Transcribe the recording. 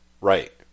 Right